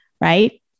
Right